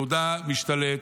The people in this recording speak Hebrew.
יהודה השתלט,